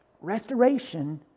restoration